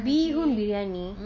beehoon biryani